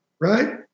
Right